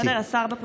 תודה.